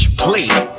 please